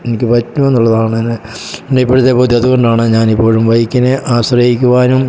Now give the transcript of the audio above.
എനിക്ക് പറ്റുമെന്നുള്ളതാണ് എൻ്റെ എൻ്റെ ഇപ്പോഴത്തെ അതുകൊണ്ടാണ് ഞാൻ ഇപ്പോഴും ബൈക്കിനെ ആശ്രയിക്കുവാനും